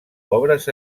obres